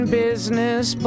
business